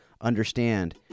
understand